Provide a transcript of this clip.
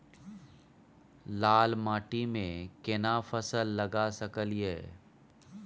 लाल माटी में केना फसल लगा सकलिए?